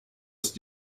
ist